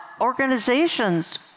organizations